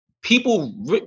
people